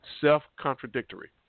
self-contradictory